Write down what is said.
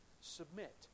submit